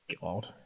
God